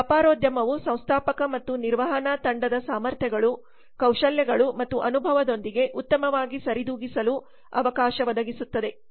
ವ್ಯಾಪಾರೋದ್ಯಮವು ಸಂಸ್ಥಾಪಕ ಮತ್ತು ನಿರ್ವಹಣಾ ತಂಡದ ಸಾಮರ್ಥ್ಯಗಳು ಕೌಶಲ್ಯಗಳು ಮತ್ತು ಅನುಭವದೊಂದಿಗೆ ಉತ್ತಮವಾಗಿ ಸರಿದೂಗಿಸಲು ಅವಕಾಶ ಒದಗಿಸುತ್ತದೆ